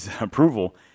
approval